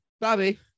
bobby